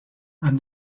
and